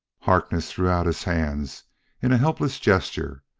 harkness threw out his hands in a helpless gesture.